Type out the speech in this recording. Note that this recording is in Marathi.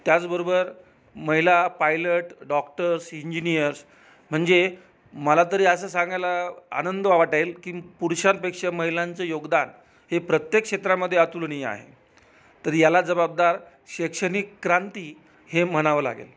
त्याचबरोबर महिला पायलट डॉक्टर्स इंजिनियर्स म्हणजे मला तरी असं सांगायला आनंद वाटेल की पुरुषांपेक्षा महिलांचं योगदान हे प्रत्येक क्षेत्रामध्ये आतुलनीय आहे तर याला जबाबदार शैक्षणिक क्रांती हे म्हणावं लागेल